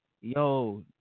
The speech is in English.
yo